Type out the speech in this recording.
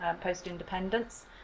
post-independence